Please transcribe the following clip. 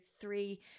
three